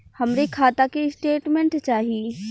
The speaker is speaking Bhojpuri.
हमरे खाता के स्टेटमेंट चाही?